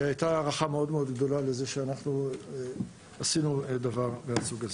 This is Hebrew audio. היתה הערכה מאוד גדולה לזה שעשינו דבר מהסוג הזה.